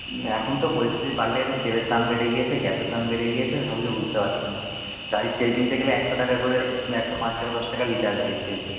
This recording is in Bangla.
হুম এখন তো পরিস্থিতি পাল্টে গেছে তেলের দাম বেড়ে গিয়েছে গ্যাসের দাম বেড়ে গিয়েছে সবই তো বুঝতে পারছেন গাড়ির তেল কিনতে গেলে একশো টাকা করে একশো পাঁচ টাকা দশ টাকা লিটার গাড়ির তেল